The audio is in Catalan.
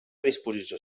disposició